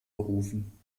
berufen